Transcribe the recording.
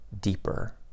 deeper